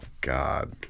God